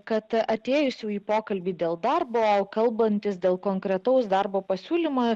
kad atėjusių į pokalbį dėl darbo o kalbantis dėl konkretaus darbo pasiūlymą